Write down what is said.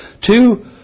two